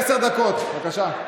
עשר דקות, בבקשה.